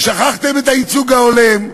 ושכחתם את הייצוג ההולם,